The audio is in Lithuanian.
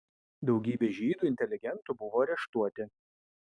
daugybė žydų inteligentų buvo areštuoti